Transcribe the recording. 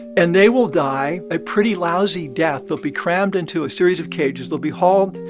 and they will die a pretty lousy death. they'll be crammed into a series of cages. they'll be hauled,